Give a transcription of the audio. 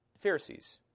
Pharisees